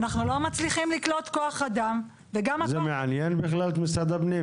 אנחנו לא מצליחים לקלוט כוח אדם --- זה מעניין בכלל את משרד הפנים?